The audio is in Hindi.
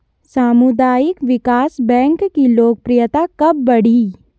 सामुदायिक विकास बैंक की लोकप्रियता कब बढ़ी?